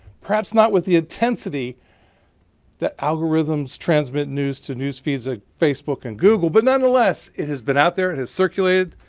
perhaps not with the intensity that algorithms transmit news to newsfeeds at facebook and google, but nonetheless it has been out there. it has circulated.